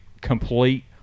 complete